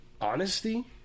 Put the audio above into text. honesty